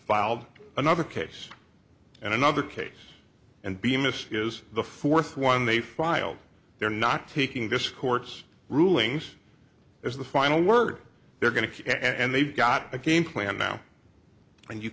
filed another case and another case and bemis is the fourth one they filed they're not taking this court's rulings as the final word they're going to keep and they've got a game plan now and you